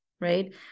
right